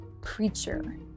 creature